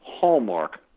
hallmark